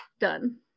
done